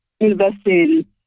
investing